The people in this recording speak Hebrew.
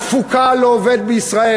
התפוקה לעובד בישראל,